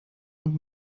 und